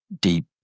deep